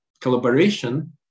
collaboration